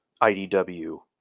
IDW